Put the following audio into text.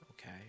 okay